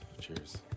cheers